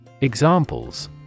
Examples